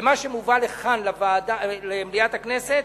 ומה שמובא לכאן, למליאת הכנסת,